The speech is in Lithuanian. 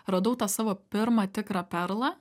radau tą savo pirmą tikrą perlą